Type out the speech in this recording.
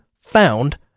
found